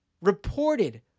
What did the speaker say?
reported